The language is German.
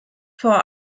vor